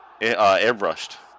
Airbrushed